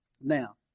Now